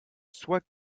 soit